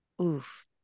oof